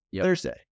Thursday